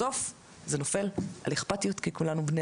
בסוף זה נופל על אכפתיות כי כולנו בני